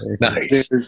Nice